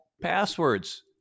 passwords